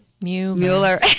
Mueller